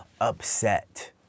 upset